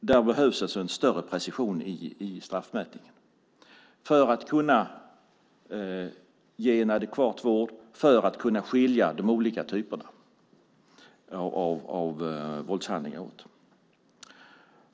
Det behövs alltså en större precision i straffmätningen för att kunna ge en adekvat vård och för att kunna skilja de olika typerna av våldshandlingar åt.